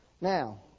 Now